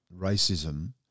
racism